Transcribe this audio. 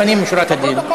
לפנים משורת הדין,